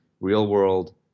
real-world